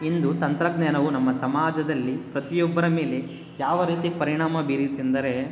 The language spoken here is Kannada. ಇಂದು ತಂತ್ರಜ್ಞಾನವು ನಮ್ಮ ಸಮಾಜದಲ್ಲಿ ಪ್ರತಿಯೊಬ್ಬರ ಮೇಲೆ ಯಾವ ರೀತಿ ಪರಿಣಾಮ ಬೀರಿತೆಂದರೆ